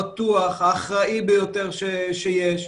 העולם האחראי ביותר שיש.